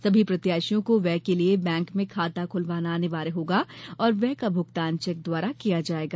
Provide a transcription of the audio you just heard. सभी प्रत्याशियों को व्यय के लिये बैंक में खाता खुलवाना अनिवार्य होगा और व्यय का भुगतान चैक द्वारा किया जायेगा